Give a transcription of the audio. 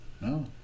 No